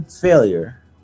Failure